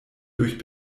durch